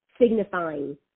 signifying